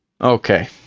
okay